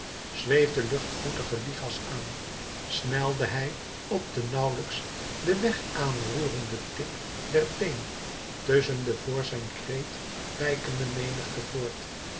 zweefde luchtvoetige lichas aan snelde hij op den nauwlijks den weg àan roerenden tip der teen tusschen de voor zijn kreet wijkende menigte voort